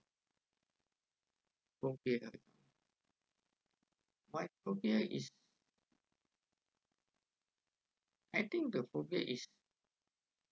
phobia my phobia is I think my phobia is